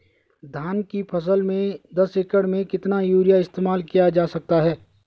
धान की फसल में दस एकड़ में कितना यूरिया इस्तेमाल किया जा सकता है?